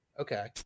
Okay